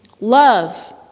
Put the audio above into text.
Love